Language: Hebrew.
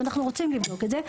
ואנחנו רוצים לבדוק את זה,